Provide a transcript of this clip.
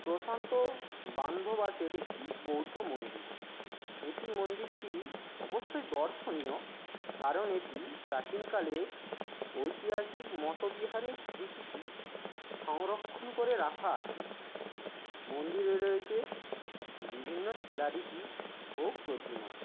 প্রশান্ত বান্ধবাসের একটি বৌদ্ধ মন্দির এটি মন্দিরটি অবশ্যই দর্শনীয় কারণ এটি প্রাচীনকালের ঐতিহাসিক মটোবিহারের স্মৃতিটি সংরক্ষণ করে রাখা আছে মন্দিরে রয়েছে বিভিন্ন শিলালিপি ও প্রতিমা